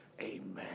Amen